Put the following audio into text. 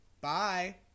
Bye